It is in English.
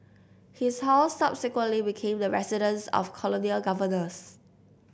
his house subsequently became the residence of colonial governors